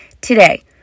Today